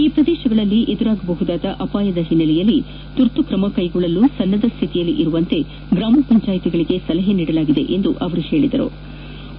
ಈ ಪ್ರದೇಶಗಳಲ್ಲಿ ಎದುರಾಗಬಹುದಾದ ಅಪಾಯದ ಹಿನ್ನೆಲೆಯಲ್ಲಿ ತರ್ತು ಕ್ರಮ ಕೈಗೊಳ್ಳಲು ಸನ್ನದ್ದ ಸ್ವಿತಿಯಲ್ಲಿ ಇರುವಂತೆ ಗ್ರಾಮ ಪಂಚಾಯಿತಿಗಳಿಗೆ ಸಲಹೆ ನೀಡಲಾಗಿದೆ ಎಂದು ಅವರು ಹೇಳದರು